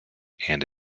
and